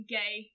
gay